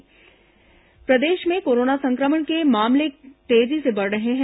corona समाचार प्रदेश में कोरोना संक्रमण के मामले तेजी से बढ़ रहे हैं